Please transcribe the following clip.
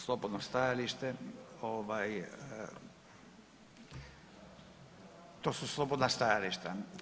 Slobodno stajalište, ovaj, to su slobodna stajališta.